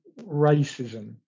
racism